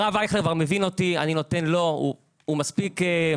הרב אייכלר מבין אותי הוא מספיק בקי בנושא.